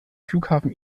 flughafen